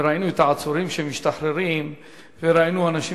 וראינו את העצורים שמשתחררים וראינו אנשים